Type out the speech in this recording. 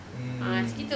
mm